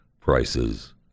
prices